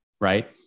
Right